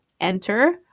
enter